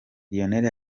lionel